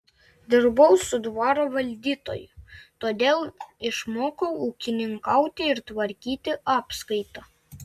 dirbau su dvaro valdytoju todėl išmokau ūkininkauti ir tvarkyti apskaitą